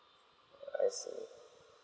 I see